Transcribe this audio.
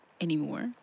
anymore